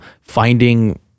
finding